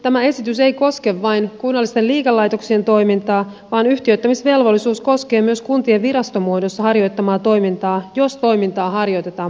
tämä esitys ei koske vain kunnallisten liikelaitoksien toimintaa vaan yhtiöittämisvelvollisuus koskee myös kuntien virastomuodossa harjoittamaa toimintaa jos toimintaa harjoitetaan markkinoilla